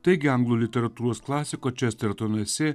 taigi anglų literatūros klasiko čestertono esė